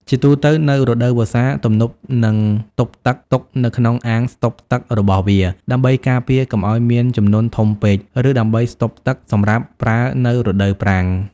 ជាទូទៅ នៅរដូវវស្សា ទំនប់នឹងទប់ទឹកទុកនៅក្នុងអាងស្តុកទឹករបស់វា ដើម្បីការពារកុំឱ្យមានជំនន់ធំពេក ឬដើម្បីស្តុកទឹកសម្រាប់ប្រើនៅរដូវប្រាំង។